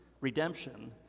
redemption